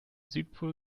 südpol